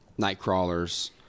Nightcrawler's